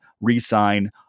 re-sign